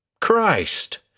Christ